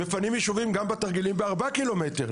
מפנים ישובים גם בתרגילים בארבעה קילומטרים,